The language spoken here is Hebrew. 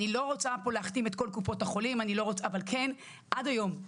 אני לא רוצה להכתים את כל קופות החולים אבל כן עד היום,